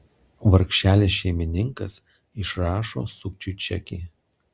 vargšelis šeimininkas išrašo sukčiui čekį